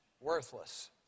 Worthless